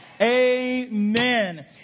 amen